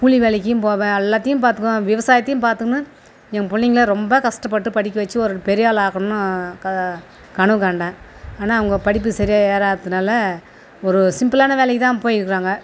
கூலி வேலைக்கும் போவேன் எல்லாத்தையும் பார்த்துக்குவேன் விவசாயத்தையும் பார்த்துக்கினு என் பிள்ளைங்கள ரொம்ப கஷ்டப்பட்டு படிக்க வைச்சி ஒரு பெரியாளாக ஆக்கணும்ன்னு கா கனவு கண்டேன் ஆனால் அவங்க படிப்பு சரியாக ஏறாததுனால் ஒரு சிம்பிளான வேலைக்கு தான் போயிருக்காங்க